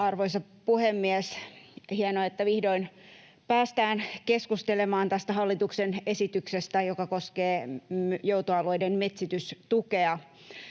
Arvoisa puhemies! Hienoa, että vihdoin päästään keskustelemaan tästä hallituksen esityksestä, joka koskee joutoalueiden metsitystukea.